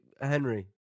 Henry